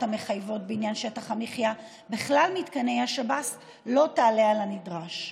המחייבות בעניין שטח המחיה בכלל מתקני שב"ס לא תעלה על הנדרש.